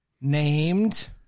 named